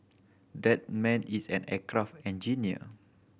that man is an aircraft engineer